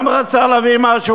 גם רצה להביא משהו,